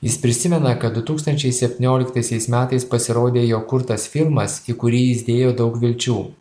jis prisimena kad du tūkstančiai septynioliktaisiais metais pasirodė jo kurtas filmas į kurį jis dėjo daug vilčių